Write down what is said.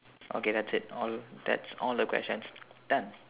okay that's it all that's all the questions done